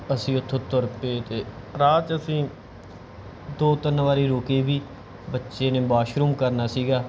ਅਸੀਂ ਉੱਥੋਂ ਤੁਰ ਪਏ ਅਤੇ ਰਾਹ 'ਚ ਅਸੀਂ ਦੋ ਤਿੰਨ ਵਾਰੀ ਰੁਕੇ ਵੀ ਬੱਚੇ ਨੇ ਬਾਸ਼ਰੂਮ ਕਰਨਾ ਸੀਗਾ